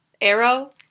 Arrow